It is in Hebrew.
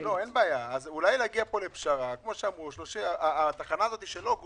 הליכוד, לעניין דחיית המועדים הקבועים בחוק